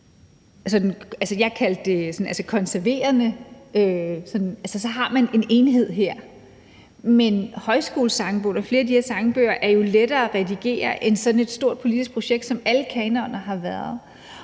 jeg kaldte konserverende, ved at man så her har en enhed. Men Højskolesangbogen og flere af de her sangbøger er jo lettere at redigere end sådan et stort politisk projekt, som alle kanoner har været.